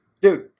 Dude